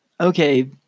Okay